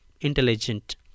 intelligent